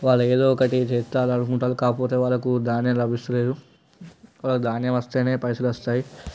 వాళ్ళు ఏదో ఒకటి చేతం అనుకుంటున్నారు కాకపోతే వాళ్ళకు ధాన్యం లభిస్తలేదు ధాన్యం వస్తేనే పైసలు వస్తాయి